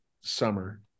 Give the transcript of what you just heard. summer